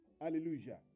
Hallelujah